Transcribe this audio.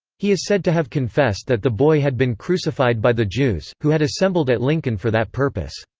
he is said to have confessed that the boy had been crucified by the jews, who had assembled at lincoln for that purpose.